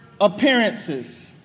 appearances